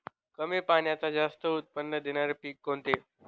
कमी पाण्यात जास्त उत्त्पन्न देणारे पीक कोणते?